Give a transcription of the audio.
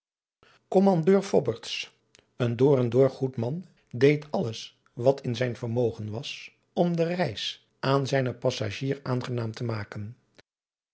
fobberts een door en door goed man deed alles wat in zijn vermogen was om de reis aan zijnen passagier aangenaam te maken